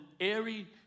airy